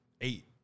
eight